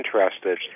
interested